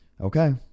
Okay